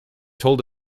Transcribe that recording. told